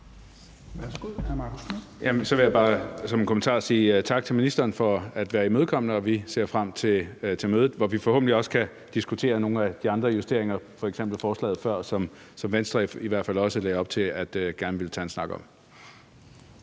tak til ministeren for at være imødekommende, og vi ser frem til mødet, hvor vi forhåbentlig også kan diskutere nogle af de andre justeringer, f.eks. forslaget fra før, som Venstre i hvert fald også lagde op til gerne at ville tage en snak om.